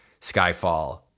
skyfall